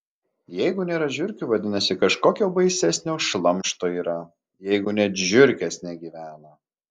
jeigu nėra žiurkių vadinasi kažkokio baisesnio šlamšto yra jeigu net žiurkės negyvena